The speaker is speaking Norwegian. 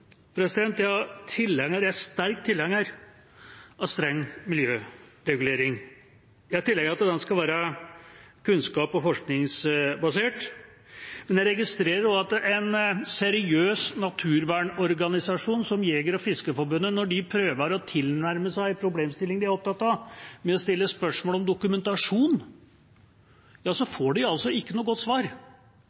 Jeg er sterkt tilhenger av streng miljøregulering. Jeg er tilhenger av at den skal være kunnskaps- og forskningsbasert, men jeg registrerer også at når en seriøs naturvernorganisasjon som Jeger- og Fiskerforbundet prøver å tilnærme seg problemstillinger de er opptatt av, ved å stille spørsmål om dokumentasjon, får de ikke noe godt svar.